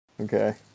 Okay